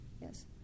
Yes